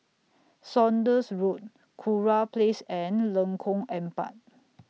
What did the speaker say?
Saunders Road Kurau Place and Lengkong Empat